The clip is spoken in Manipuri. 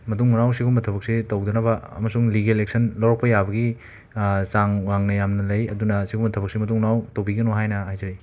ꯃꯇꯨꯡ ꯃꯅꯥꯎ ꯁꯤꯒꯨꯝꯕ ꯊꯕꯛꯁꯤ ꯇꯧꯗꯅꯕ ꯑꯃꯁꯨꯡ ꯂꯤꯒꯦꯜ ꯑꯦꯛꯁꯟ ꯂꯧꯔꯛꯄ ꯌꯥꯕꯒꯤ ꯆꯥꯡ ꯋꯥꯡꯅ ꯌꯥꯝꯅ ꯂꯩ ꯑꯗꯨꯅ ꯁꯤꯒꯨꯝꯕ ꯊꯕꯀꯁꯤ ꯃꯇꯨꯡ ꯃꯅꯥꯎ ꯇꯧꯕꯤꯒꯅꯨ ꯍꯥꯏꯅ ꯍꯥꯏꯖꯔꯤ